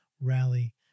rally